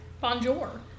Bonjour